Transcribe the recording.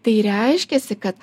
tai reiškiasi kad